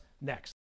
next